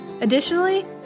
additionally